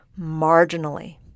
marginally